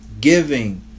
giving